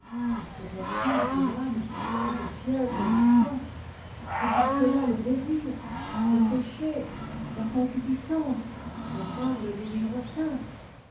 et ce vertige de l'âme cette fièvre du sang c'était cela le désir le péché la concupiscence dont parlent les livres saints